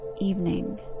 evening